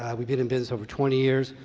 ah we've been in business over twenty years.